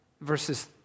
verses